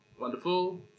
Wonderful